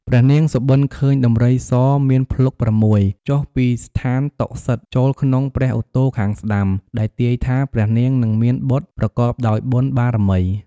ព្រះនាងសុបិនឃើញដំរីសមានភ្លុក ៦ ចុះពីស្ថានតុសិតចូលក្នុងព្រះឧទរខាងស្តាំ ដែលទាយថាព្រះនាងនឹងមានបុត្រប្រកបដោយបុណ្យបារមី។